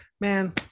man